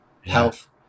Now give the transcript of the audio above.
Health